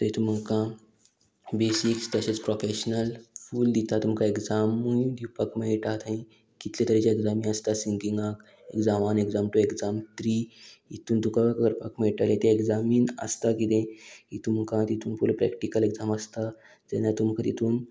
थंय तुमकां बेसिक्स तशेंच प्रोफेशनल फूल दिता तुमकां एग्जामूय दिवपाक मेयटा थंय कितले तरेची एग्जामी आसता सिंगिंगाक exam one exam two exam three हितून तुका करपाक मेयटा ते एग्जामीन आसता किदें की तुमकां तितून पूण प्रॅक्टीकल एग्जाम आसता तेन्ना तुमकां तितून